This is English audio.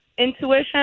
intuition